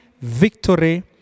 victory